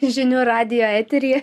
žinių radijo eteryje